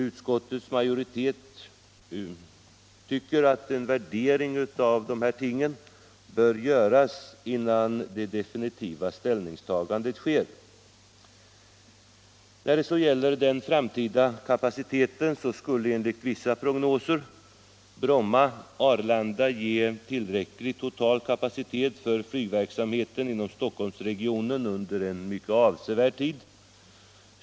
Utskottets majoritet tycker att en värdering av dessa ting bör göras innan det definitiva ställningstagandet sker. När det så gäller den framtida kapaciteten skulle enligt vissa prognoser Bromma och Arlanda ge tillräcklig total kapacitet för Nygverksamheten inom Stockholmsregionen under en mycket avsevärd tid.